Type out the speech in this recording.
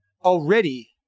already